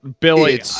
Billy